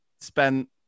spent